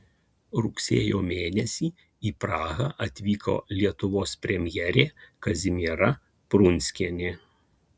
rugsėjo mėnesį į prahą atvyko lietuvos premjerė kazimiera prunskienė